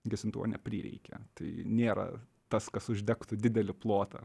gesintuvo neprireikė tai nėra tas kas uždegtų didelį plotą